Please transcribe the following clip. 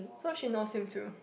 so she knows him too